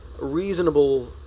reasonable